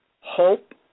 hope